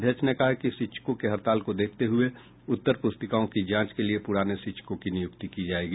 अध्यक्ष ने कहा कि शिक्षकों के हड़ताल को देखते हुये उत्तर प्रस्तिकाओं की जांच के लिए पुराने शिक्षकों की नियुक्ति की जायेगी